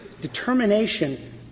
determination